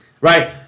right